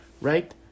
right